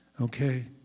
okay